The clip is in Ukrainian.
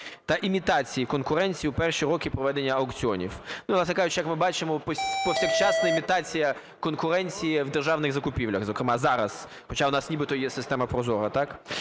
та імітації конкуренції в перші роки проведення аукціонів. Ну, власне кажучи, як ми бачимо, повсякчасна імітація конкуренції в державних закупівлях, зокрема зараз, хоча в нас нібито є система ProZorro, так?